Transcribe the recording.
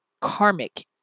karmic